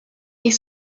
est